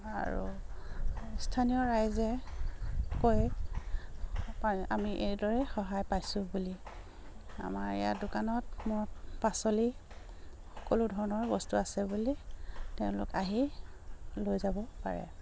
আৰু স্থানীয় ৰাইজে কয় আমি এইদৰে সহায় পাইছোঁ বুলি আমাৰ ইয়াৰ দোকানত মোৰ পাচলি সকলো ধৰণৰ বস্তু আছে বুলি তেওঁলোক আহি লৈ যাব পাৰে